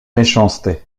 méchanceté